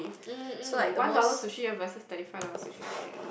mm mm one dollar sushi versus twenty five dollar sushi something or like that